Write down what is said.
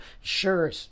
sure